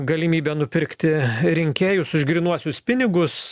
galimybė nupirkti rinkėjus už grynuosius pinigus